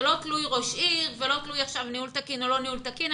זה לא תלוי ראש עיר ולא תלוי ניהול תקין או לא ניהול תקין.